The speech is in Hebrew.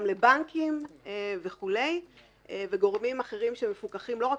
גם לבנקים וכולי ולגורמים אחרים שמפוקחים לא רק